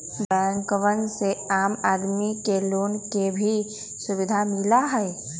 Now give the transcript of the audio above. बैंकवन से आम आदमी के लोन के भी सुविधा मिला हई